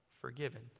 forgiven